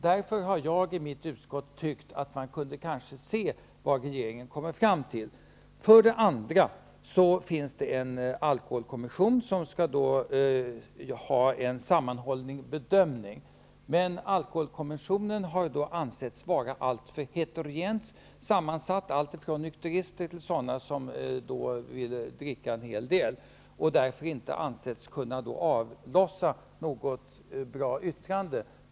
Därför har jag i mitt utskott tyckt att man kanske kunde se vad regeringen kommer fram till. För det andra finns det en alkoholkommission, som skall göra en sammanhållen bedömning. Men alkoholkommissionen har ansetts vara alltför heterogent sammansatt, alltifrån nykterister till sådana som vill dricka en hel del, och har därför inte ansetts kunna avge något bra yttrande.